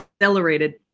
Accelerated